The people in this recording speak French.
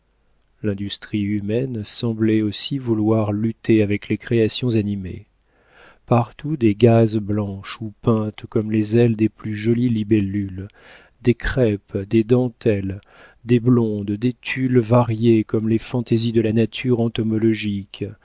l'industrie humaine semblait aussi vouloir lutter avec les créations animées partout des gazes blanches ou peintes comme les ailes des plus jolies libellules des crêpes des dentelles des blondes des tulles variés comme les fantaisies de la nature entomologique